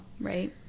right